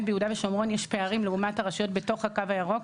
ביהודה ושומרון יש פערים לעומת הרשויות בתוך הקו הירוק.